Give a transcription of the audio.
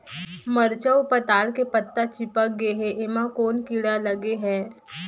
मरचा अऊ पताल के पत्ता चिपक गे हे, एमा कोन कीड़ा लगे है?